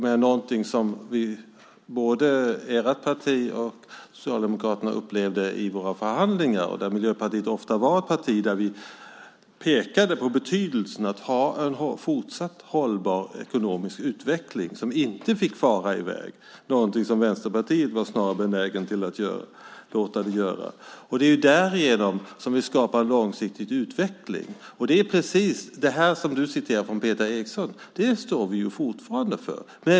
Det var någonting som både ert parti och Socialdemokraterna upplevde i våra förhandlingar där Miljöpartiet ofta var det parti som pekade på betydelsen av att ha en fortsatt hållbar ekonomisk utveckling som inte fick fara iväg, vilket Vänsterpartiet snarare var benäget att låta den göra. Det är därigenom vi skapar långsiktig utveckling. Det du citerar från Peter Eriksson står vi fortfarande för.